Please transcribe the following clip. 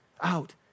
out